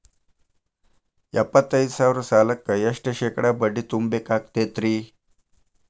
ಎಪ್ಪತ್ತೈದು ಸಾವಿರ ಸಾಲಕ್ಕ ಎಷ್ಟ ಶೇಕಡಾ ಬಡ್ಡಿ ತುಂಬ ಬೇಕಾಕ್ತೈತ್ರಿ?